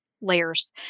layers